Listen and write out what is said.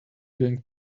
going